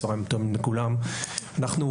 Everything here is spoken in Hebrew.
צוהריים טובים לכולם, אנחנו